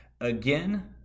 again